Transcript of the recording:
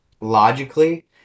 logically